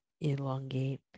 elongate